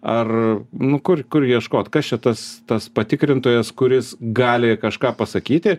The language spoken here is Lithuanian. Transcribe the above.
ar nu kur kur ieškot kas čia tas tas patikrintojas kuris gali kažką pasakyti